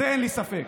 בזה אין לי ספק.